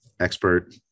expert